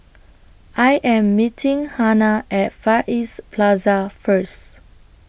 I Am meeting Hanna At Far East Plaza First